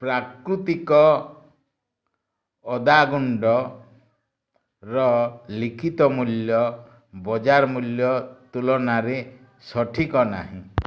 ପ୍ରାକୃତିକ ଅଦା ଗୁଣ୍ଡର ଲିଖିତ ମୂଲ୍ୟ ବଜାର ମୂଲ୍ୟ ତୁଲନାରେ ସଠିକ୍ ନାହିଁ